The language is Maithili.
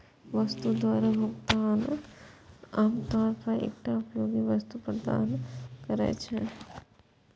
वस्तु द्वारा भुगतान आम तौर पर एकटा उपयोगी वस्तु प्रदान करै छै